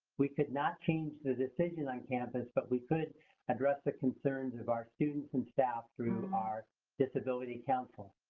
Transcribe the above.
we could not change the decision on campus, but we could address the concerns of our students and staff through our disability council.